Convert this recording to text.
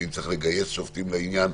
ואם צריך לגייס שופטים לעניין,